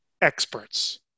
experts